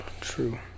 True